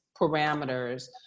parameters